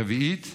רביעית,